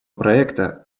проекта